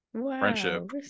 friendship